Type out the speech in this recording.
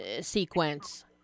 sequence